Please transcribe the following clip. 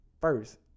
first